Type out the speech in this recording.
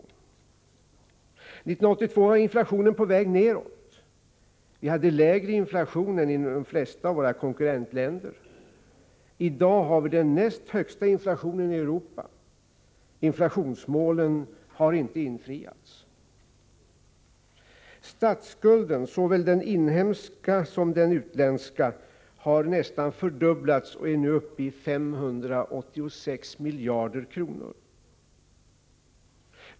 1982 var inflationen på väg nedåt. Vi hade lägre inflation än i de flesta av våra konkurrentländer. I dag har vi den näst högsta inflationen i Europa. Inflationsmålen har inte infriats. Statsskulden, såväl den inhemska som den utländska, har nästan fördubblats och är nu uppe i 586 miljarder kronor.